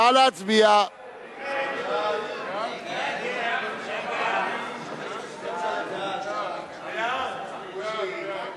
הצעת סיעת קדימה להביע אי-אמון